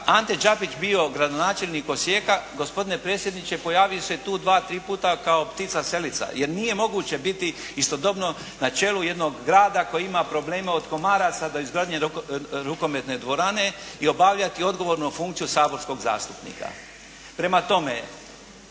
Ante Đapić bio gradonačelnik Osijeka gospodine predsjedniče pojavio se tu dva, tri puta kao ptica selica jer nije moguće biti istodobno na čelu jednog grada koji ima problema od komaraca na izgradnji jedne rukometne dvorane i obavljati odgovorno funkciju saborskog zastupnika. Prema tome,